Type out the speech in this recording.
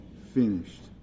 finished